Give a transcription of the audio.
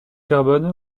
carbone